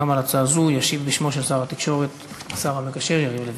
גם על שאילתה זו ישיב בשמו של שר התקשורת השר המקשר יריב לוין.